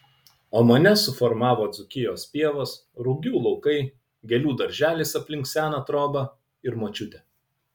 o mane suformavo dzūkijos pievos rugių laukai gėlių darželis aplink seną trobą ir močiutė